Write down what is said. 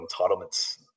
entitlements